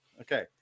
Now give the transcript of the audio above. Okay